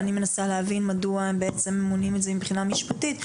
ואני מנסה להבין מדוע בעצם מונעים את זה מבחינה משפטית,